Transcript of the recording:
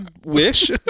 wish